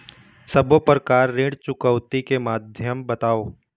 सब्बो प्रकार ऋण चुकौती के माध्यम बताव?